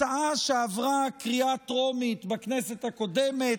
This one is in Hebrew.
הצעה שעברה קריאה טרומית בכנסת הקודמת,